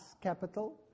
capital